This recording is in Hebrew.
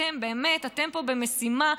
אתם פה במשימה,